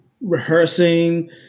rehearsing